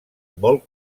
molt